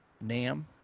Nam